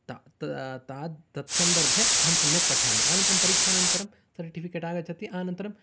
ता तात तत् सन्दर्भे अहं सम्यक् पठामि अनन्तरं परीक्षानन्तरं सर्टिफिकेट् आगच्छति अनन्तरं